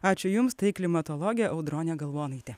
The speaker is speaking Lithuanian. ačiū jums tai klimatologė audronė galvonaitė